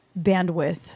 bandwidth